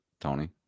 Tony